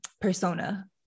persona